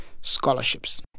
scholarships